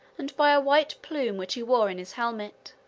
and by a white plume which he wore in his helmet.